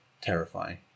terrifying